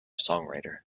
songwriter